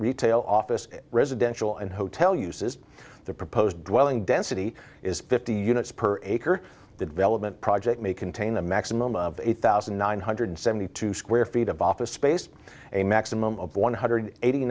retail office residential and hotel uses the proposed dwelling density is fifty units per acre the development project may contain a maximum of eight thousand nine hundred seventy two square feet of office space a maximum of one hundred eighty